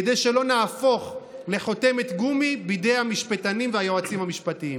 כדי שלא נהפוך לחותמת גומי בידי המשפטנים והיועצים המשפטיים.